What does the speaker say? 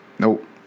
Nope